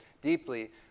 deeply